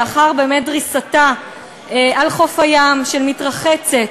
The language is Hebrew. לאחר דריסתה על חוף הים של מתרחצת.